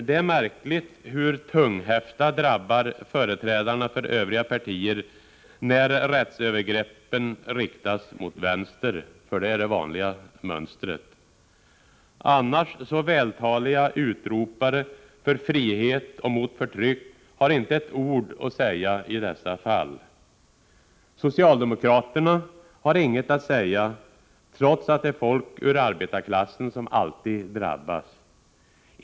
Det är märkligt hur tunghäfta drabbar företrädarna för övriga partier när rättsövergreppen riktas mot vänster — för det är det vanliga mönstret. Annars så vältaliga utropare för frihet och mot förtryck har inte ett ord att säga i dessa fall. Socialdemokraterna har inget att säga, trots att det alltid är folk ur arbetarklassen som drabbas.